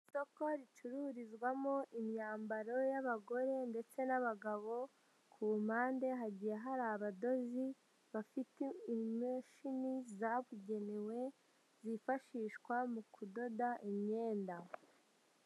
Isoko ricururizwamo imyambaro y'abagore ndetse n'abagabo, ku mpande hagiye hari abadozi bafite imashini zabugenewe, zifashishwa mu kudoda imyenda.